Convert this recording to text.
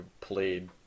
played